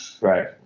right